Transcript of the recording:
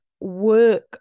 work